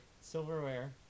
Silverware